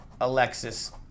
Alexis